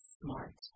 smart